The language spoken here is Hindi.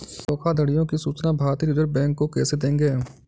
धोखाधड़ियों की सूचना भारतीय रिजर्व बैंक को कैसे देंगे?